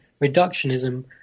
reductionism